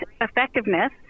effectiveness